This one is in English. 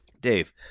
Dave